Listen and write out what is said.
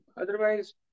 otherwise